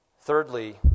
Thirdly